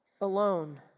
alone